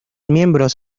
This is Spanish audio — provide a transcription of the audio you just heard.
miembros